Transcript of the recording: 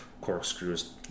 corkscrews